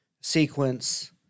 sequence